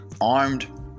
armed